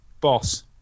Boss